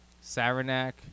Saranac